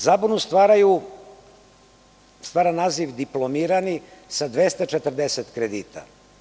Zabunu stvara naziv diplomirani sa 240 kredita.